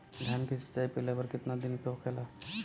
धान के सिचाई पहिला बार कितना दिन पे होखेला?